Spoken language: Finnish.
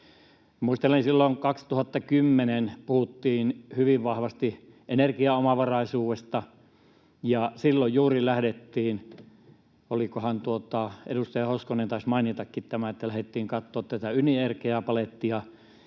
Muistelen, että silloin 2010 puhuttiin hyvin vahvasti energiaomavaraisuudesta. Ja silloin juuri lähdettiin — edustaja Hoskonen taisi mainitakin tämän — katsomaan tätä ydin-energiapalettia